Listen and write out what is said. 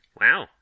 Wow